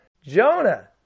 Jonah